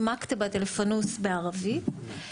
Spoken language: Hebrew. ו"מכתבת אלפאנוס" בערבית.